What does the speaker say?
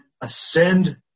ascend